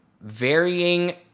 varying